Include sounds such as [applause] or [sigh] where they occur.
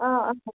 آ [unintelligible]